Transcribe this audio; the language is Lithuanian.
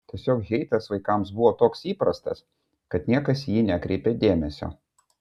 tiesiog heitas vaikams buvo toks įprastas kad niekas į jį nekreipė dėmesio